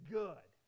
good